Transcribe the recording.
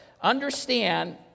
Understand